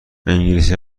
انگلیسی